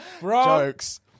Jokes